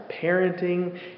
parenting